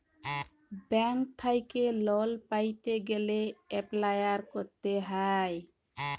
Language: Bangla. ব্যাংক থ্যাইকে লল পাইতে গ্যালে এপ্লায় ক্যরতে হ্যয়